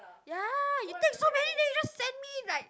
ya you take so many then you just send me like